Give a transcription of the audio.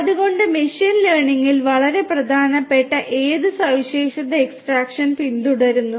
അതിനാൽ മെഷീൻ ലേണിംഗിൽ വളരെ പ്രധാനപ്പെട്ട ഏത് സവിശേഷത എക്സ്ട്രാക്ഷൻ പിന്തുടരുന്നു